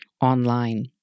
online